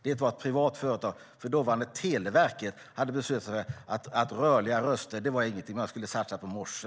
Det var ett privat företag. Dåvarande Telegrafverket hade beslutat att detta med levande röster inte var något att satsa på, utan man skulle satsa på morse!